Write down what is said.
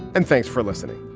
and thanks for listening